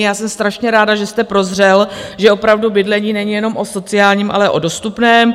Já jsem strašně ráda, že jste prozřel, že opravdu bydlení není jenom o sociálním, ale o dostupném.